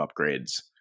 upgrades